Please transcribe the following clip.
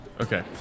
Okay